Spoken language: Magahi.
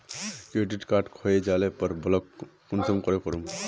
क्रेडिट कार्ड खोये जाले पर ब्लॉक कुंसम करे करूम?